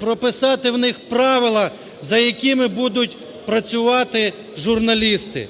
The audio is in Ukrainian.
прописати в них правила, за якими будуть працювати журналісти.